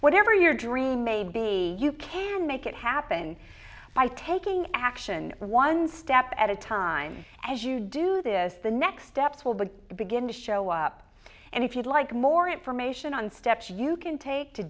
whatever your dream may be you can make it happen by taking action one step at a time as you do this the next steps will be begin to show up and if you'd like more information on steps you can take to